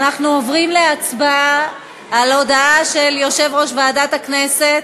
אנחנו עוברים להצבעה על ההודעה של יושב-ראש ועדת הכנסת.